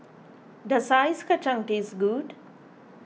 does Ice Kachang taste good